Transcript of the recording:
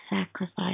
sacrifice